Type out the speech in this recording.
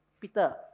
Peter